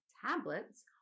tablets